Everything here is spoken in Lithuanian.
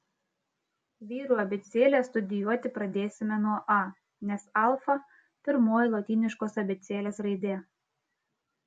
vyrų abėcėlę studijuoti pradėsime nuo a nes alfa pirmoji lotyniškos abėcėlės raidė